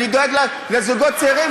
אני דואג לזוגות הצעירים,